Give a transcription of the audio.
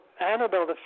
Annabelle